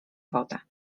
wodę